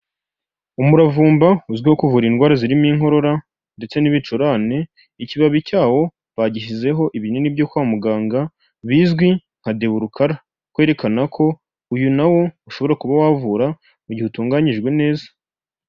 Umuravumba uzwiho kuvura indwara zirimo inkorora ndetse n'ibicurane, ikibabi cyawo bagishyizeho ibinini byo kwa muganga, bizwi nka deburukara, kwerekana ko uyu na wo ushobora kuba wavura mu gihe utunganyijwe neza.